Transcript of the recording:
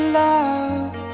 love